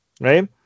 right